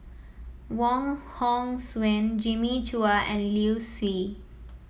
Wong Hong Suen Jimmy Chua and Liu Si